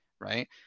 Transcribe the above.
Right